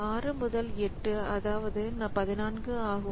6 முதல் 8 அதாவது 14 ஆகும்